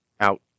out